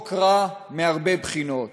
חוק רע מהרבה בחינות,